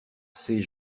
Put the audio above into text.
ces